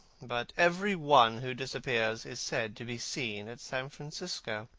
but every one who disappears is said to be seen at san francisco.